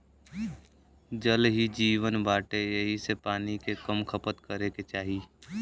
जल ही जीवन बाटे एही से पानी के कम खपत करे के चाही